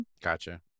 Gotcha